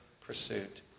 pursuit